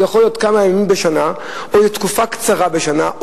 שזה יכול להיות כמה ימים בשנה או תקופה קצרה בשנה,